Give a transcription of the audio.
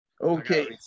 Okay